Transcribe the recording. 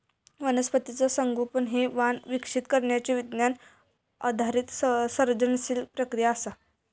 वनस्पतीचा संगोपन हे वाण विकसित करण्यची विज्ञान आधारित सर्जनशील प्रक्रिया असा